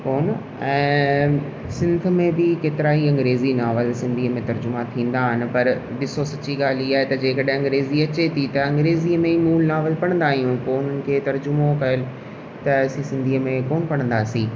कोन ऐं सिंख में बि केतिरा ई अंग्रेज़ी नॉवेल सिंधी में तर्जुमा थींदा आहिनि पर ॾिसो सची ॻाल्हि इहा आहे त जे कॾहिं अंग्रेज़ी अचे थी त अंग्रेज़ी में ई मूल नॉवेल पढ़दा आयूं पोइ हुनखे तर्जुमो कयुल त असीं सिंधीअ में कोन पढ़ंदासीं